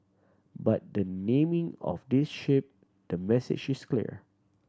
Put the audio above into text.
but the naming of this ship the message is clear